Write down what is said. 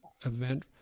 event